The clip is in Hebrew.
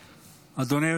אדוני.